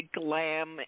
glam